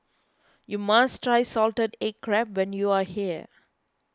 you must try Salted Egg Crab when you are here